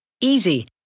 Easy